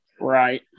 Right